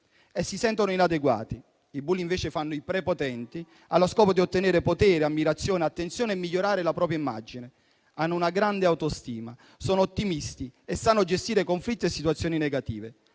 e si sentono inadeguate. I bulli invece fanno i prepotenti, allo scopo di ottenere potere, ammirazione, attenzione e di migliorare la propria immagine. Hanno una grande autostima, sono ottimisti e sanno gestire conflitti e situazioni negative.